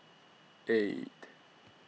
eight